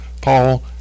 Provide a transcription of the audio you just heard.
Paul